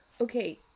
okay